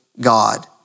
God